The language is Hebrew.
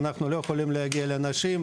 אנחנו לא יכולים להגיע לאנשים,